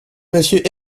monsieur